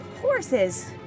Horses